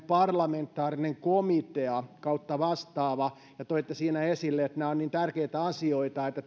parlamentaarinen komitea tai vastaava ja toitte siinä esille että nämä ovat niin tärkeitä asioita että